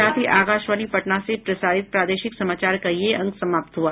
इसके साथ ही आकाशवाणी पटना से प्रसारित प्रादेशिक समाचार का ये अंक समाप्त हुआ